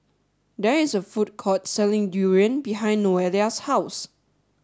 there is a food court selling durian behind Noelia's house